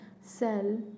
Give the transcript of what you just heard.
cell